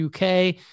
UK